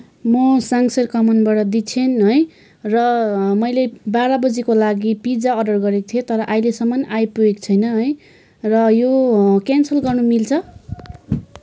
म साङसेर कमानबाट दिच्छेन है र मैले बाह्र बजीको लागि पिज्जा अर्डर गरेको थिएँ तर अहिलेसम्म आइपुगेको छैन है र यो क्यान्सल गर्न मिल्छ